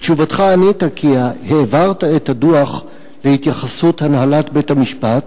בתשובתך ענית כי העברת את הדוח להתייחסות הנהלת בית-המשפט,